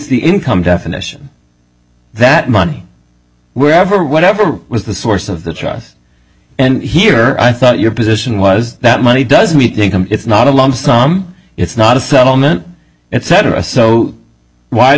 the income definition that money wherever whatever was the source of the trust and here i thought your position was that money does we think it's not a lump sum it's not a settlement it's cetera so why do